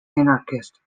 anarchist